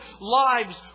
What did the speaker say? lives